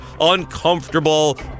uncomfortable